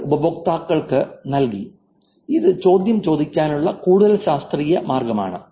രണ്ട് ഉപയോക്താക്കൾക്ക് നൽകി ഇത് ചോദ്യം ചോദിക്കാനുള്ള കൂടുതൽ ശാസ്ത്രീയ മാർഗമാണ്